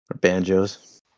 banjos